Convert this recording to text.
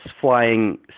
flying